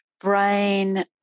brain